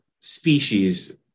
species